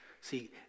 See